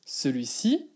Celui-ci